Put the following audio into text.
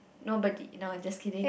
nobody no I just kidding